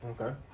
Okay